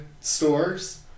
stores